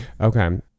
Okay